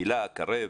היל"ה, קרב.